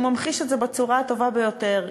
ממחיש את זה בצורה הטובה ביותר,